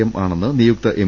M ആണെന്ന് നിയുക്ത M